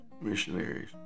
missionaries